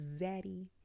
Zaddy